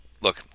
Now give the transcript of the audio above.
look